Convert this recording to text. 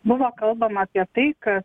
buvo kalbama apie tai kad